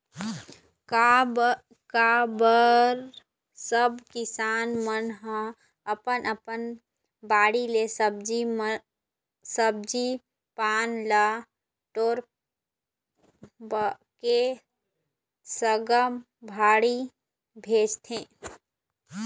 का बर सब किसान मन ह अपन अपन बाड़ी ले सब्जी पान ल टोरवाके साग मंडी भेजथे